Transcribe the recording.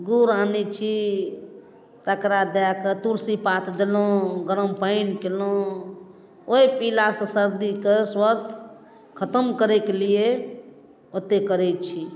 गुड़ आनै छी तकरा दए कऽ तुलसी पात देलहुँ गर्म पानि केलहुँ ओइ पीलासँ सर्दीके स्वर्थ खतम करैके लिए ओते करै छी